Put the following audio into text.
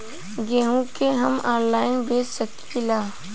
गेहूँ के हम ऑनलाइन बेंच सकी ला?